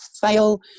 fail